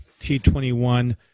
T21